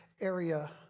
area